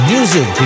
Music